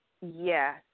Yes